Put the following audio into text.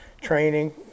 training